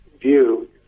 view